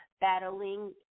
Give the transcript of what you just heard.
battling